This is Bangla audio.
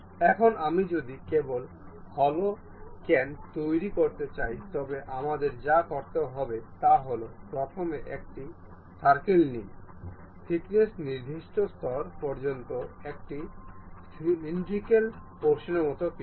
এখন আমি যদি কেবল হলোও কেন তৈরি করতে চাই তবে আমাদের যা করতে হবে তা হল প্রথমে একটি সার্কেল নিন থিকনেস নির্দিষ্ট স্তর পর্যন্ত একটি সিলিন্ড্রিক্যাল পোর্শনের মতো কিছু